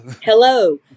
Hello